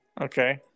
Okay